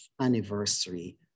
anniversary